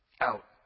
Out